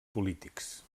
polítics